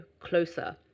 closer